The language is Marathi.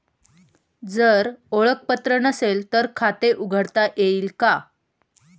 जर ओळखपत्र नसेल तर खाते उघडता येईल का?